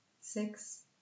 six